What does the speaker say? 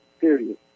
period